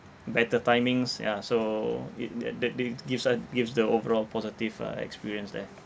better timings ya so it the the gives one gives the overall positive uh experience there